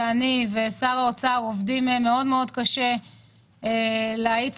אני ושר האוצר עובדים קשה על מנת להאיץ